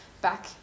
back